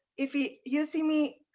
if you you see me